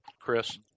Chris